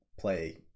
play